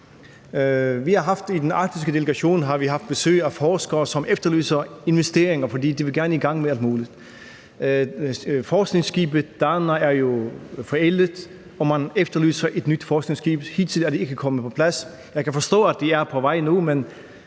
i den arktiske delegation haft besøg af forskere, som efterlyser investeringer, for de vil gerne i gang med at måle. Forskningsskibet Dana er jo forældet, og man efterlyser et nyt forskningsskib, men hidtil er det ikke kommet på plads. Jeg kan forstå, at det er på vej nu, men